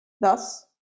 thus